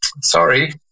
Sorry